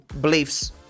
beliefs